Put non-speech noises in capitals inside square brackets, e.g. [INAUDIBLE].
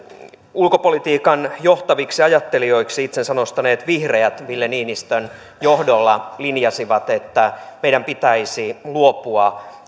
ulkopolitiikan johtaviksi ajattelijoiksi itsensä nostaneet vihreät ville niinistön johdolla linjasivat että meidän pitäisi luopua [UNINTELLIGIBLE]